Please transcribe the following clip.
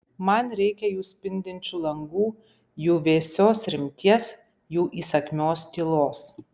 man reikia jų spindinčių langų jų vėsios rimties jų įsakmios tylos